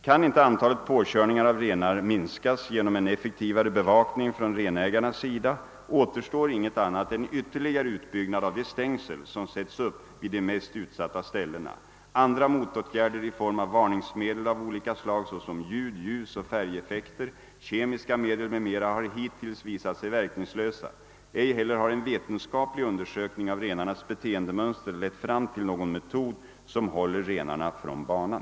Kan inte antalet påkörningar av renar minskas genom en effektivare bevakning från renägarnas sida, återstår inget annat än en ytterligare utbyggnad av de stängsel, som satts upp vid de mest utsatta ställena. Andra motåtgärder i form av varningsmedel av olika slag såsom ljud-, ljusoch färgeffekter, kemiska medel m.m. har hittills visat sig verkningslösa. Ej heller har en vetenskaplig undersökning av renarnas beteendemönster lett fram till någon metod, som håller renarna från banan.